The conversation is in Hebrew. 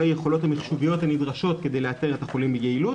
היכולות המחשוביות הנדרשות כדי לאתר את החולים ביעילות.